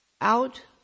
Out